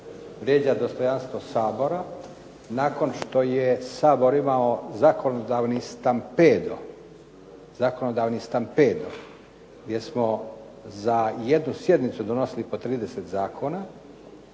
vrijeđa dostojanstvo Sabora. Nakon što je Sabor imao zakonodavni stampedo gdje smo za jednu sjednicu donosili po 30 zakona